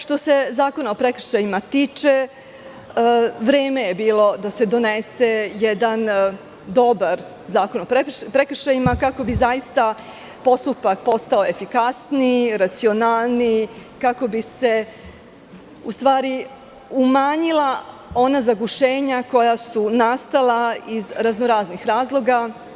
Što se Zakona o prekršajima tiče, vreme je bilo da se donese jedan dobar zakon o prekršajima kako bi zaista postupak postao efikasniji, racionalniji, kako bi se umanjila ona zagušenja koja su nastala iz raznoraznih razloga.